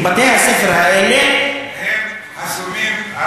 כי בתי-הספר האלה, הם חסומים.